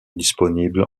disponibles